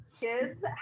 Kids